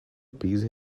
appease